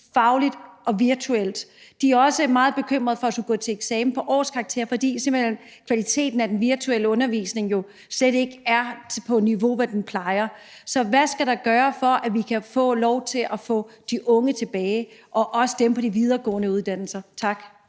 fagligt og virtuelt. De er også meget bekymrede for at gå til eksamen og få årskarakterer, fordi kvaliteten af den virtuelle undervisning jo slet ikke er på niveau med den, de plejer at få. Så hvad skal der gøres, for at vi kan få lov til at få de unge tilbage, og også dem på de videregående uddannelser? Tak.